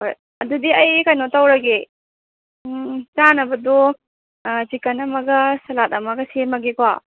ꯍꯣꯏ ꯑꯗꯨꯗꯤ ꯑꯩ ꯀꯩꯅꯣ ꯇꯧꯔꯒꯦ ꯆꯥꯅꯕꯗꯣ ꯆꯤꯀꯟ ꯑꯃꯒ ꯁꯂꯥꯠ ꯑꯃꯒ ꯁꯦꯝꯃꯒꯦꯀꯣ